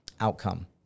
outcome